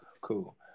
Cool